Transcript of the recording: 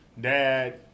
dad